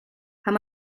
how